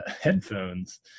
headphones